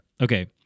Okay